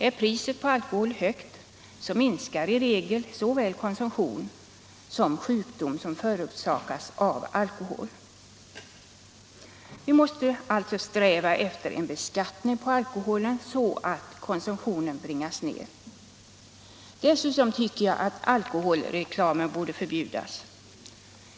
Är priset på alkohol högt minskar i regel såväl konsumtion som sjukdomar orsakade av alkohol. Vi måste alltså sträva efter en sådan beskattning på alkohol att konsumtionen nedbringas. Dessutom tycker jag att alkoholreklamen borde förbjudas.